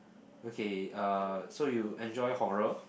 okay uh so you enjoy horror